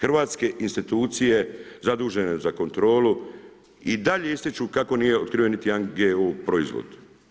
Hrvatske institucije zadužene za kontrolu i dalje ističu kako nije otkriven niti jedan GMO proizvod.